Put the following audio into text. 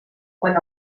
quan